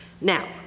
Now